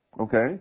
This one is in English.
Okay